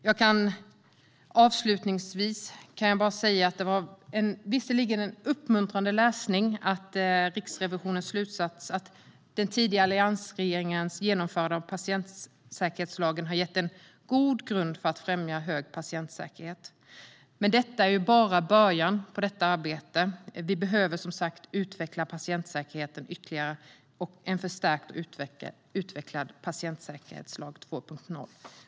Avslutningsvis var det visserligen uppmuntrande att läsa Riksrevisionens slutsats att den tidigare alliansregeringens genomförande av patientsäkerhetslagen gett en god grund för att främja en hög patientsäkerhet, men det är bara början på arbetet. Vi behöver utveckla patientsäkerheten ytterligare - en förstärkt och utvidgad patientsäkerhetslag 2.0.